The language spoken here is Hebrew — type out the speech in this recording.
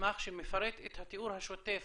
מסמך שמפרט את התיאור השוטף